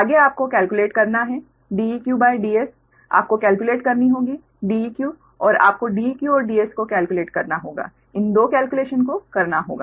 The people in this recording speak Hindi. आगे आपको केल्क्युलेट करना है DeqDs आपको केल्क्युलेट करनी होगी Deq और आपको Deq और Ds को केल्क्युलेट करना होगा इन 2 केल्क्युलेशन को करना होगा